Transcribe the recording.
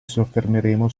soffermeremo